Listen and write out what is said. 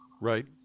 Right